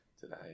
today